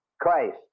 Christ